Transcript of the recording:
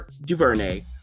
DuVernay